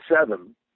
seven